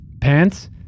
pants